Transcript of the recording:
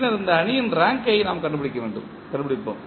பின்னர் இந்த அணியின் ரேங்கை நாம் கண்டுபிடிப்போம்